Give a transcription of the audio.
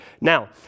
now